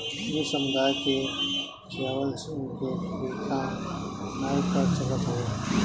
इ समुदाय के खियवला के भी काम नाइ कर सकत हवे